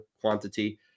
quantity